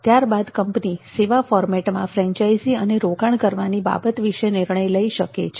ત્યાર બાદ કંપની સેવા ફોર્મેટમાં ફ્રેન્ચાઇઝી અને રોકાણ કરવાની બાબત વિશે નિર્ણય લઈ શકે છે